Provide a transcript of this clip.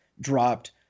dropped